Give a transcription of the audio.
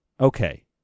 okay